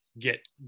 get